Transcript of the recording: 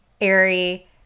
airy